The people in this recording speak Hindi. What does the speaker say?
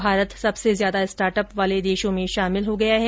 भारत सबसे ज्यादा स्टार्टअप वाले देशों में शामिल हो गया है